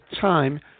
time